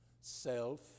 self